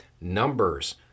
Numbers